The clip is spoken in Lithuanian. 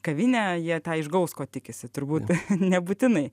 kavinę jie tą išgaus ko tikisi turbūt nebūtinai